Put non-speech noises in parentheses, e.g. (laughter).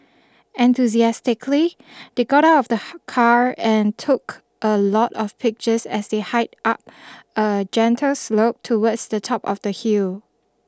enthusiastically they got out of the (noise) car and took a lot of pictures as they hiked up a gentle slope towards the top of the hill